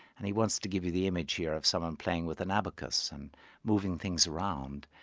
and he wants to give you the image here of someone playing with an abacus and moving things around.